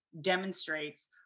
demonstrates